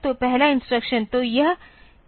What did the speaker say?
तो पहला इंस्ट्रक्शन तो यह 2 बाइट्स लेता है